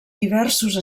diversos